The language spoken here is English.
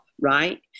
right